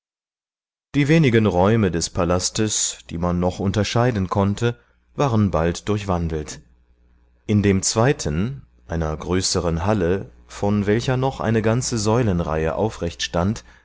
die wenigen räume des palastes die man noch unterscheiden konnte waren bald durchwandelt in dem zweiten einer größeren halle von welcher noch eine ganze säulenreihe aufrecht stand